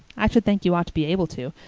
i should think you ought to be able to,